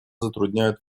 затрудняют